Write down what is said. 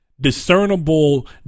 discernible